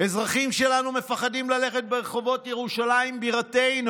"אזרחים שלנו מפחדים ללכת ברחובות ירושלים בירתנו.